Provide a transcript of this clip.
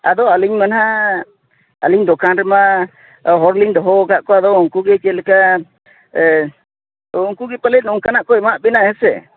ᱟᱫᱚ ᱟᱹᱞᱤᱧ ᱢᱟ ᱱᱟᱦᱟᱜ ᱟᱹᱞᱤᱧ ᱫᱳᱟᱱᱨᱮ ᱢᱟ ᱦᱚᱲᱞᱤᱧ ᱫᱚᱦᱚᱣ ᱟᱠᱟᱫ ᱠᱚᱣᱟ ᱟᱫᱚ ᱩᱱᱠᱚᱜᱮ ᱪᱮᱫᱞᱮᱠᱟ ᱩᱱᱠᱚ ᱜᱮ ᱯᱟᱞᱮᱱ ᱚᱱᱠᱟᱱᱟᱜᱠᱚ ᱮᱢᱟᱫᱵᱮᱱᱟ ᱦᱮᱸ ᱥᱮ